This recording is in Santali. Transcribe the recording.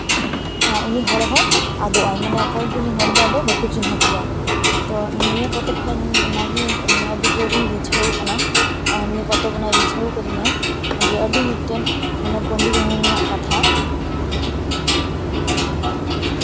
ᱩᱱᱤ ᱦᱚᱲ ᱦᱚᱸ ᱟᱫᱚᱜᱼᱟᱭ ᱢᱟᱱᱮ ᱚᱠᱚᱭ ᱜᱮ ᱩᱱᱤ ᱦᱚᱲ ᱦᱚᱸ ᱵᱟᱠᱚ ᱪᱤᱱᱦᱟᱹᱯᱮᱭᱟ ᱛᱚ ᱱᱤᱭᱟᱹ ᱯᱚᱛᱚᱵ ᱠᱷᱚᱱ ᱚᱱᱟᱜᱮ ᱢᱟᱱᱮ ᱟᱹᱰᱤ ᱡᱳᱨᱤᱧ ᱨᱤᱡᱷᱟᱹᱣ ᱠᱟᱱᱟ ᱱᱤᱭᱟᱹ ᱯᱚᱛᱚᱵ ᱨᱤᱡᱷᱟᱹᱣ ᱠᱟᱹᱫᱤᱧᱟᱹᱭ ᱡᱮ ᱟᱹᱰᱤ ᱢᱤᱫᱴᱮᱱ ᱯᱚᱸᱰᱤᱛ ᱨᱟᱹᱜᱷᱩᱱᱟᱛᱷ ᱢᱩᱨᱢᱩᱣᱟᱜ ᱠᱟᱛᱷᱟ